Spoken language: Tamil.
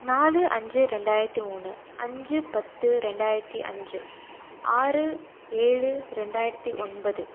நாலு அஞ்சு ரெண்டாயிரத்து மூணு அஞ்சு பத்து ரெண்டாயிரத்து அஞ்சு ஆறு ஏழு ரெண்டாயிரத்து ஒன்பது